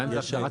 אבל השאלה היא,